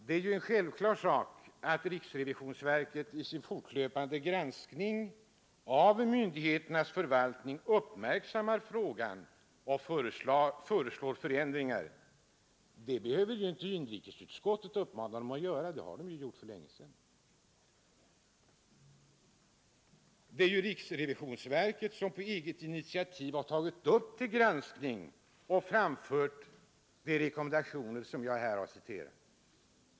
Det är självklart att riksrevisionsverket i sin fortlöpande granskning av myndigheternas förvaltning uppmärksammar frågan och före ringar. Det behöver inte inrikesutskottet uppmana verket att göra, därför att det har man ju gjort för länge sedan. Verket har på eget initiativ gjort denna granskning och framfört sina rekommendationer.